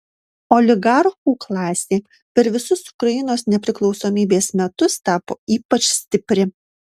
oligarchų klasė per visus ukrainos nepriklausomybės metus tapo ypač stipri